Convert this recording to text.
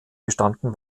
bestanden